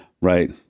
Right